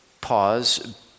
pause